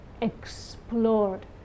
explored